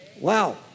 Wow